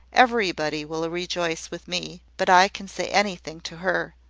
everybody will rejoice with me but i can say anything to her.